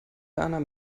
berner